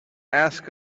ask